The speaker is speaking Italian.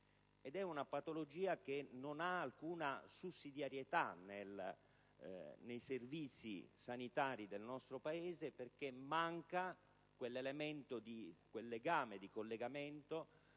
È una patologia che non ha alcuna sussidiarietà nei servizi sanitari del nostro Paese, perché manca il necessario collegamento